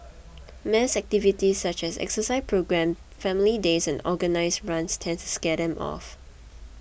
mass activities such as exercise programmes family days and organised runs tend to scare them off